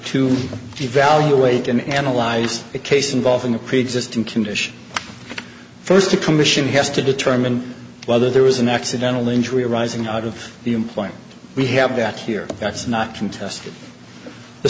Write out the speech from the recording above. to evaluate and analyze a case involving a preexisting condition first a commission has to determine whether there was an accidental injury arising out of the implant we have that here that's not contested the